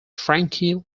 frankie